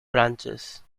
branches